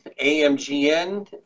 AMGN